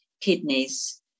kidneys